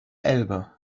elbe